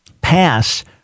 pass